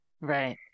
right